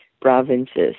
provinces